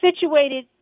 situated